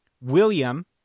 William